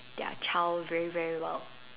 their child very very well